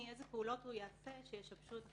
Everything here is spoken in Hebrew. איזה פעולות הוא יעשה שישבשו את החקירה.